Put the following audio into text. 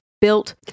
built